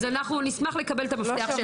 אז נשמח לקבל את המפתח.